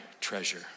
treasure